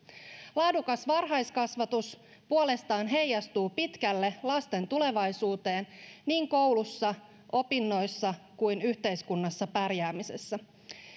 laadukas varhaiskasvatus puolestaan heijastuu pitkälle lasten tulevaisuuteen niin koulussa opinnoissa kuin yhteiskunnassa pärjäämisessä